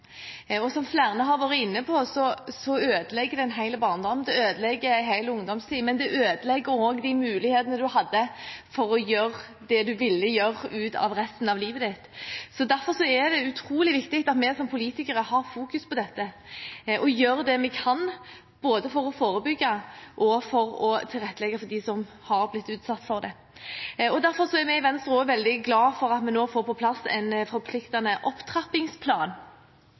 hele barndommen, det ødelegger hele ungdomstiden, men det ødelegger også mulighetene en hadde for å gjøre det en ville gjøre ut av resten av livet. Derfor er det utrolig viktig at vi som politikere har fokus på dette og gjør det vi kan, både for å forebygge og for å tilrettelegge for dem som har blitt utsatt for dette. Derfor er vi i Venstre også veldig glad for at vi nå får på plass en forpliktende opptrappingsplan,